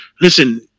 Listen